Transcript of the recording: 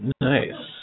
nice